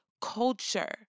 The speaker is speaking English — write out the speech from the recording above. culture